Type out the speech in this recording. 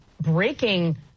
breaking